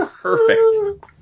perfect